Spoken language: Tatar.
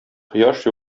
кояш